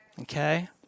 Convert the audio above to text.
Okay